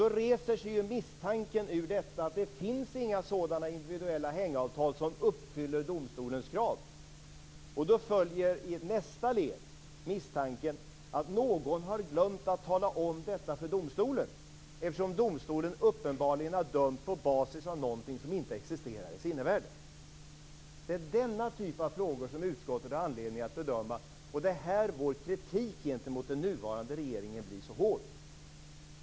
Då reser sig misstanken att det inte finns sådana individuella hängavtal som uppfyller domstolens krav. Då följer i nästa led misstanken att någon har glömt att tala om detta för domstolen. Domstolen har uppenbarligen dömt på basis av något som inte existerar i sinnevärlden. Det är denna typ av frågor som utskottet har anledning att bedöma. Det är här moderaternas kritik gentemot den nuvarande regeringen blir så hård.